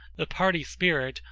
the party spirit,